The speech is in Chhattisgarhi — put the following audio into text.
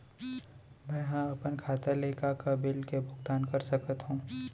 मैं ह अपन खाता ले का का बिल के भुगतान कर सकत हो